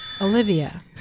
olivia